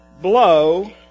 blow